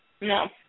No